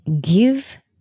give